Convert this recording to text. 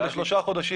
זה לשלושה חודשים,